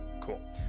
Cool